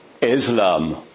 Islam